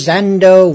Zando